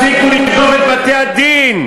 תפסיקו לרדוף את בתי-הדין.